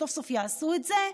שסוף-סוף יעשו את זה,